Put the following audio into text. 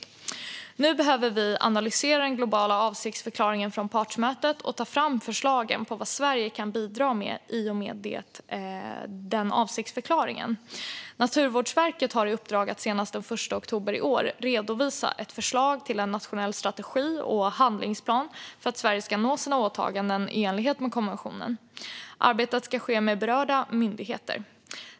Nu behöver vi analysera den globala avsiktsförklaringen från partsmötet och ta fram förslag på vad Sverige kan bidra med i och med denna avsiktsförklaring. Naturvårdsverket har i uppdrag att senast den 1 oktober i år redovisa ett förslag till nationell strategi och handlingsplan för att Sverige ska nå sina åtaganden i enlighet med konventionen. Arbetet ska ske med berörda myndigheter.